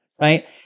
right